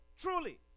truly